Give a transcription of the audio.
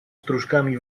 strużkami